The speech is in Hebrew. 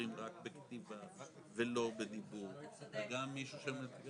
תקציביים ואי אפשר להפעיל את החוק הזה בלי שהתקנות כבר קיימות.